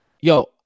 yo